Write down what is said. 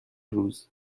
روز